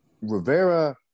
Rivera